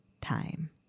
time